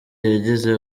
yagize